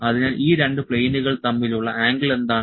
അതിനാൽ ഈ രണ്ട് പ്ലെയിനുകൾ തമ്മിലുള്ള ആംഗിൾ എന്താണ്